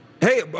Hey